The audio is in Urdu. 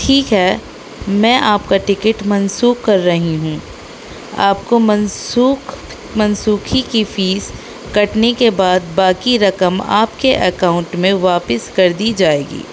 ٹھیک ہے میں آپ کا ٹکٹ منسوخ کر رہی ہوں آپ کو منسوخ منسوخی کی فیس کٹنے کے بعد باقی رقم آپ کے اکاؤنٹ میں واپس کر دی جائے گی